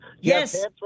Yes